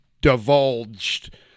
divulged